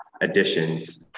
additions